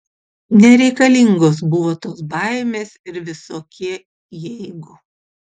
nereikalingos buvo tos baimės ir visokie jeigu